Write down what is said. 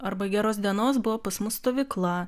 arba geros dienos buvo pas mus stovykla